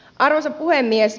arvoisa puhemies